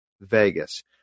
Vegas